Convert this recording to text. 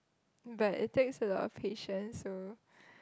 but it takes a lot of patience so